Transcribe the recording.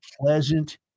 pleasant